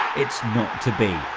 it's not to be.